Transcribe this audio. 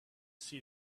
see